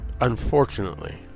unfortunately